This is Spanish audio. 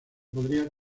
podría